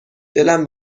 دلم